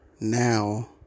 Now